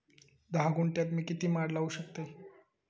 धा गुंठयात मी किती माड लावू शकतय?